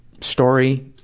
story